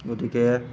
গতিকে